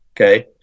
Okay